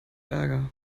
ärger